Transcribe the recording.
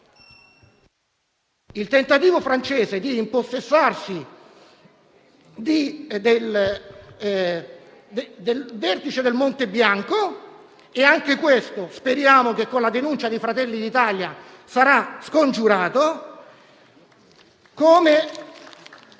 il tentativo francese di impossessarsi del vertice del Monte Bianco e anche questo speriamo che con la denuncia di Fratelli d'Italia sarà scongiurato